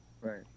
right